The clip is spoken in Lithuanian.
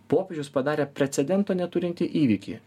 popiežius padarė precedento neturintį įvykį